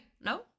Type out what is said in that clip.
No